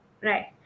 Right